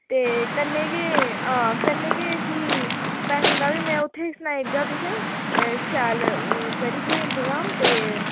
ते कन्नै गै हां कन्नै गै फ्ही पैसें दा बी में उत्थै सनाई ओड़गा तुसें ई शैल करियै इंतजाम ते